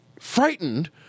frightened